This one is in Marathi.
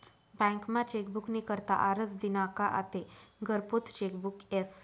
बँकमा चेकबुक नी करता आरजं दिना का आते घरपोच चेकबुक यस